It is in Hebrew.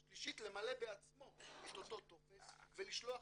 והשלישית למלא בעצמו את אותו טופס ולשלוח